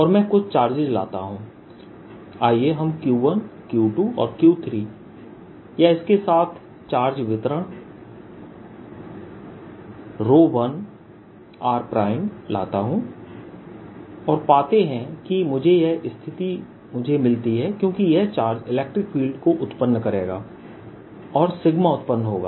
और मैं कुछ चार्जेस लाता हूं आइए हम Q1 Q2 और Q3 या इसके साथ चार्ज वितरण 1r लाता हूं और पाते हैं कि मुझे यह स्थिति मुझे मिलती है क्योंकि यह चार्ज इलेक्ट्रिक फील्ड को उत्पन्न करेगा और सिग्मा उत्पन्न होगा